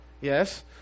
Yes